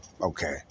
Okay